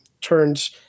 turns